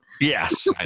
Yes